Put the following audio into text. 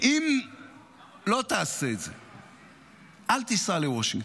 --- אם לא תעשה את זה, אל תיסע לוושינגטון.